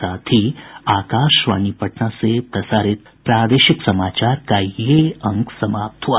इसके साथ ही आकाशवाणी पटना से प्रसारित प्रादेशिक समाचार का ये अंक समाप्त हुआ